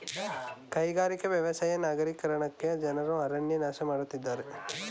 ಕೈಗಾರಿಕೆ, ವ್ಯವಸಾಯ ನಗರೀಕರಣಕ್ಕೆ ಜನರು ಅರಣ್ಯ ನಾಶ ಮಾಡತ್ತಿದ್ದಾರೆ